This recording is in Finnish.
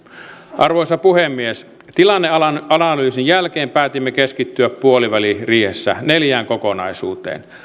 arvoisa puhemies tilanneanalyysin jälkeen päätimme keskittyä puoliväliriihessä neljään kokonaisuuteen